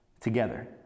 together